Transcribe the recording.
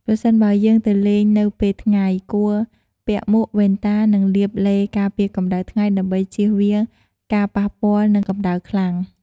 ប្រសិនបើយើងទៅលេងនៅពេលថ្ងៃ គួរពាក់មួក វ៉ែនតា និងលាបឡេការពារកម្ដៅថ្ងៃ ដើម្បីជៀសវាងការប៉ះពាល់នឹងកម្ដៅខ្លាំង ។